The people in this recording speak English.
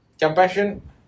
Compassion